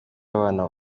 ababana